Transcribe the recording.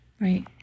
right